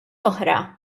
oħra